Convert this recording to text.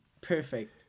perfect